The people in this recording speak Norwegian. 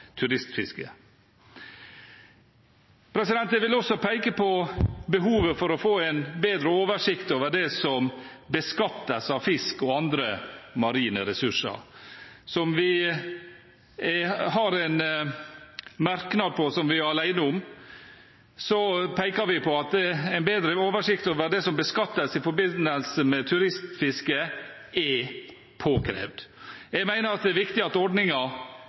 turistfisket. Jeg vil også peke på behovet for å få en bedre oversikt over det som beskattes av fisk og andre marine ressurser. I en merknad vi er alene om, peker vi på at en bedre oversikt over det som beskattes i forbindelse med turistfiske, er påkrevd. Jeg mener det er viktig at